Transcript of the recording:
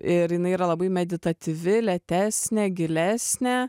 ir jinai yra labai meditatyvi lėtesnė gilesnė